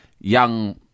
young